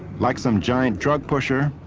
like some giant drug pusher,